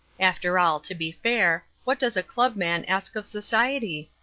after all, to be fair, what does a club man ask of society?